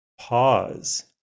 pause